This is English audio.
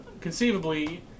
conceivably